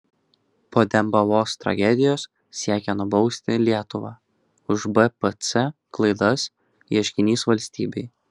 po dembavos tragedijos siekia nubausti lietuvą už bpc klaidas ieškinys valstybei